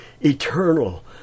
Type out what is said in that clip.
eternal